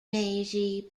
meiji